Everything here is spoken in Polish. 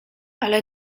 ale